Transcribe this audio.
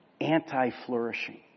anti-flourishing